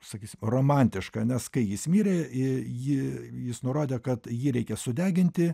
sakysim romantiška nes kai jis mirė į jį jis nurodė kad jį reikia sudeginti